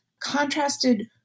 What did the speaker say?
contrasted